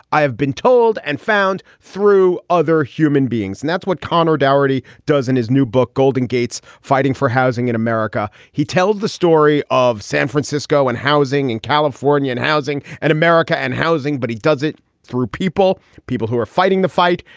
i have been told and found through other human beings. and that's what connor darity does in his new book, golden gates fighting for housing in america. he tells the story of san francisco and housing in california, housing and america and housing. but he does it through people, people who are fighting the fight.